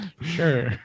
Sure